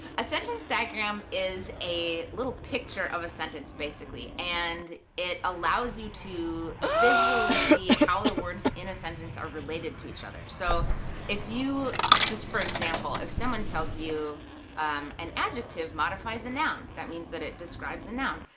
a sentence diagram is a little picture of a sentence basically, and it allows you to visually see how the words in a sentence are related to each other. so if you, just for example, if someone tells you an adjective modifies a noun, that means that it describes a noun.